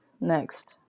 next